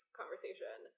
conversation